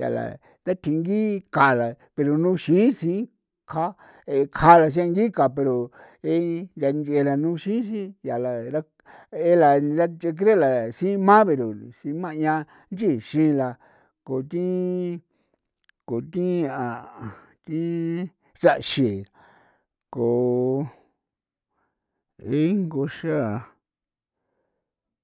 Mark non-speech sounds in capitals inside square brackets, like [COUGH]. yaa la da tingii kjaa yaa pero nuchixin ka e kja nchengi ka pero nchi ntha nchera nuxisin yaa la ee la ra ncha cree la mas simabee ba ro lisii ma yaa nchixin laa ko ti ko ti ja'an a ti [HESITATION] saxen ko ingo xan.